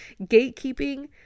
gatekeeping